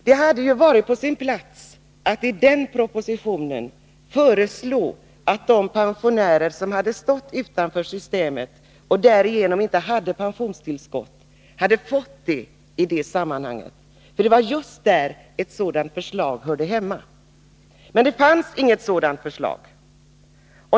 Det hade varit på sin plats att i den propositionen föreslå att de pensionärer som stått utanför systemet och därigenom inte hade pensionstillskott skulle få det. Det var just där ett sådant förslag hörde hemma. Men det fanns inget sådant förslag.